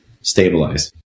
stabilize